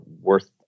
worth